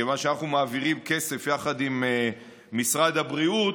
כיוון שאנחנו מעבירים כסף יחד עם משרד הבריאות,